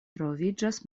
troviĝas